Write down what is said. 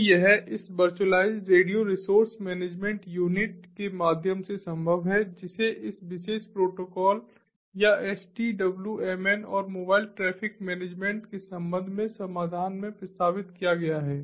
तो यह इस virtualized radio resource management unit के माध्यम से संभव है जिसे इस विशेष प्रोटोकॉल या SDWMN और मोबाइल ट्रैफिक मैनेजमेंट के संबंध में समाधान में प्रस्तावित किया गया है